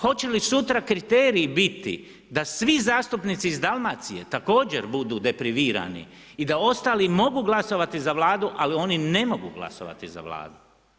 Hoće li sutra kriteriji biti da svi zastupnici iz Dalmacije također budu deprivirani i da ostali mogu glasovati za Vladu ali oni ne mogu glasovati za Vladu?